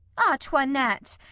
ah! toinette,